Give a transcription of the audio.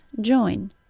join